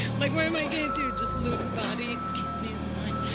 like what am i gonna do, just loot the body? excuse me, it's mine.